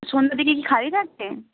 সন্ধ্যের দিকে কি খালি থাকছে